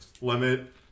limit